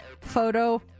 photo